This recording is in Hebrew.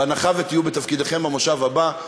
בהנחה שתהיו בתפקידיכם במושב הבא,